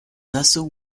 nassau